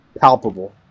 palpable